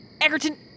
Egerton